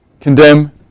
Condemn